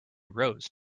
rose